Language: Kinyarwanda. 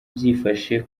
byifashe